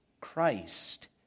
Christ